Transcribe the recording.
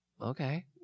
okay